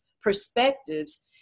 perspectives